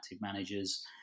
managers